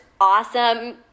awesome